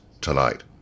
tonight